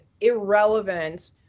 irrelevant